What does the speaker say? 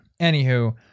Anywho